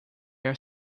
are